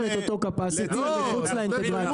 את אותו capacity מחוץ לאינטגרציה?